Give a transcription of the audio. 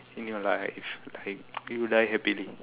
in your life like you die happily